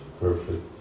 perfect